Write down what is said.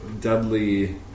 Dudley